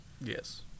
Yes